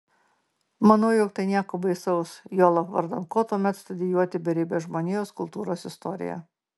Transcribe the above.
manau jog tai nieko baisaus juolab vardan ko tuomet studijuoti beribę žmonijos kultūros istoriją